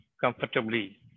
comfortably